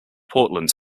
portland